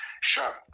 Sure